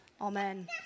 Amen